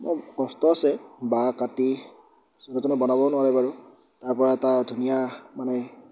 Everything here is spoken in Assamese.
বৰ কষ্ট আছে বাঁহ কাটি যোনে তোনে বনাবও নোৱাৰে বাৰু তাৰপৰা এটা ধুনীয়া মানে